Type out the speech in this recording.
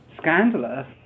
scandalous